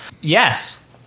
Yes